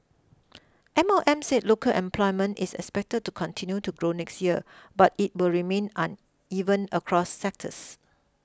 M O M said local employment is expected to continue to grow next year but it will remain uneven across sectors